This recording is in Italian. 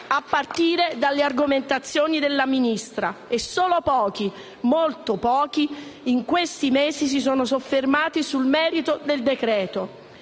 (a partire dalle argomentazioni della Ministra) e solo pochi, molto pochi, si sono soffermati sul merito del decreto.